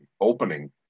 opening